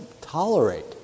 tolerate